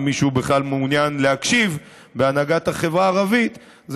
אם מישהו בהנהגת החברה הערבית בכלל מעוניין להקשיב,